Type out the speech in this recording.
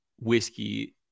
whiskey